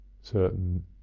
certain